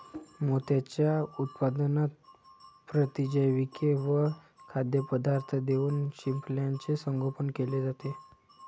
मोत्यांच्या उत्पादनात प्रतिजैविके व खाद्यपदार्थ देऊन शिंपल्याचे संगोपन केले जाते